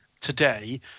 today